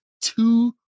Two